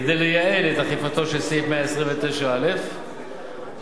כדי לייעל את אכיפתו של סעיף 129א לחוק,